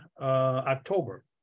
October